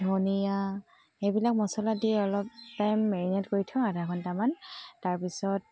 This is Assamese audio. ধনিয়া সেইবিলাক মচলা দি অলপ টাইম মেৰিনেট কৰি থওঁ আধা ঘণ্টামান তাৰপিছত